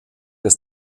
des